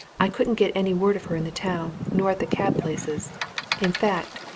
i couldn't get any word of her in the town, nor at the cab-places in fact,